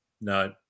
no